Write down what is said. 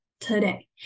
today